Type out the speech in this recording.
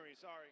Sorry